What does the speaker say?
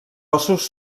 ossos